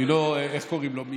איך קוראים לו,